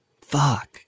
Fuck